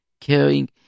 caring